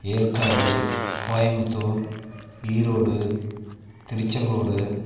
Yercaud Coimbatore Erode Tiruchengode